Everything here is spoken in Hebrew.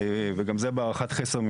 וגם זה בהערכת חסר,